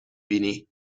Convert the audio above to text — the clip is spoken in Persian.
بینی